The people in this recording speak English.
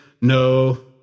no